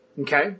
Okay